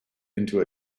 into